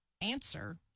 answer